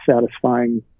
satisfying